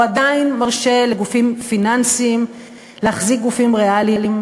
הוא עדיין מרשה לגופים פיננסיים להחזיק גופים ריאליים,